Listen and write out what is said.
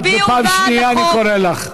פעם שנייה אני קורא אותך.